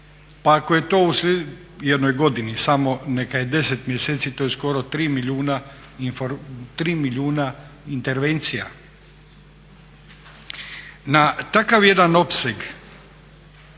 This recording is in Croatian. pa ako je to u jednoj godini samo neka je 10 mjeseci to je skoro 3 milijuna intervencija. Na takav jedan opseg